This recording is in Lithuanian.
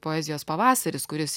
poezijos pavasaris kuris